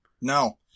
No